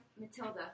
Matilda